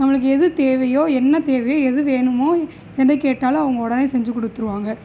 நம்மளுக்கு எது தேவையோ என்ன தேவையோ எது வேணுமோ எதை கேட்டாலும் அவங்க உடனே செஞ்சு கொடுத்துடுவாங்க